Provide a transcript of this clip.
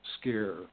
scare